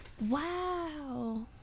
Wow